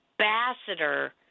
ambassador